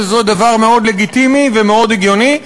וזה דבר מאוד לגיטימי ומאוד הגיוני.